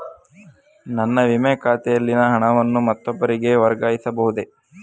ನನ್ನ ವಿಮೆ ಖಾತೆಯಲ್ಲಿನ ಹಣವನ್ನು ಮತ್ತೊಬ್ಬರಿಗೆ ವರ್ಗಾಯಿಸ ಬಹುದೇ?